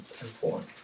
important